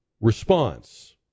response